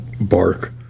bark